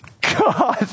God